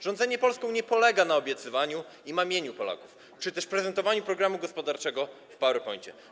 Rządzenie Polską nie polega na obiecywaniu i mamieniu Polaków czy też prezentowaniu programu gospodarczego w PowerPoincie.